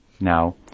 now